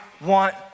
want